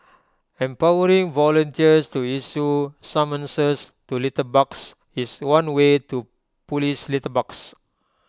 empowering volunteers to issue summonses to litterbugs is one way to Police litterbugs